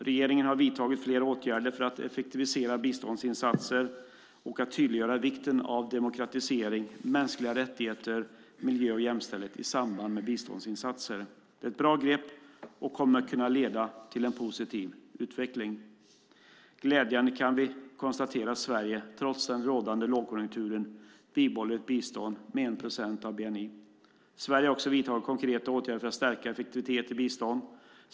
Regeringen har vidtagit flera åtgärder för att effektivisera biståndsinsatser och att tydliggöra vikten av demokratisering, mänskliga rättigheter, miljö och jämställdhet i samband med biståndsinsatser. Det är ett bra grepp och kommer att kunna leda till en positiv utveckling. Glädjande nog kan vi konstatera att Sverige, trots den rådande lågkonjunkturen, bibehåller ett bistånd med 1 procent av bni. Sverige har också vidtagit konkreta åtgärder för att stärka effektiviteten i biståndet.